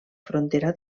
frontera